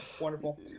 wonderful